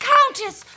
Countess